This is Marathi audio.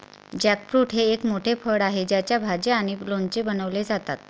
जॅकफ्रूट हे एक मोठे फळ आहे ज्याच्या भाज्या आणि लोणचे बनवले जातात